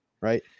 right